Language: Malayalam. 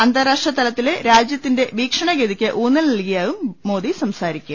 അന്താരാഷ്ട്രതലത്തിലെ രാജ്യത്തിന്റെ വീക്ഷണ ഗതിയ്ക്ക് ഊന്നൽ നൽകിയാകും മോദി സംസാരിക്കുക